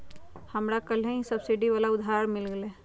हमरा कलेह ही सब्सिडी वाला उधार मिल लय है